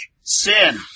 sin